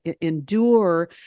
endure